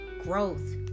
Growth